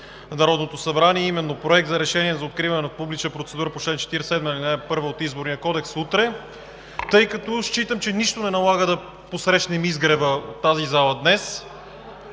на Народното събрание – Проект на решение за откриване на публична процедура по чл. 47, ал. 1 от Изборния кодекс, утре, тъй като, считам, че нищо не налага да посрещнем изгрева в тази зала. Още